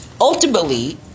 ultimately